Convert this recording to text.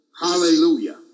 Hallelujah